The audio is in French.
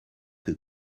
que